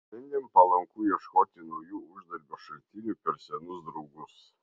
šiandien palanku ieškoti naujų uždarbio šaltinių per senus draugus